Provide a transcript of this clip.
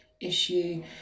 issue